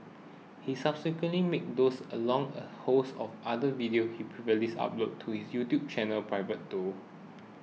he subsequently made those along a host of other videos he previously uploaded to his YouTube channel private though